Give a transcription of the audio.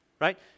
right